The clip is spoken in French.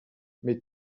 mais